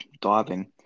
diving